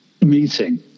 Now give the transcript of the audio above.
meeting